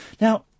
Now